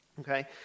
okay